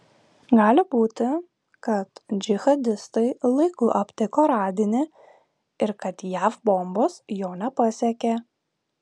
gali būti kad džihadistai laiku aptiko radinį ir kad jav bombos jo nepasiekė